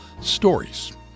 Stories